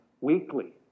weekly